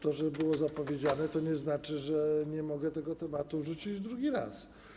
To, że było zapowiedziane, nie znaczy, że nie mogę tego tematu rzucić drugi raz.